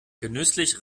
genüsslich